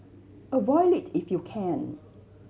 avoid it if you can